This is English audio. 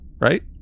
right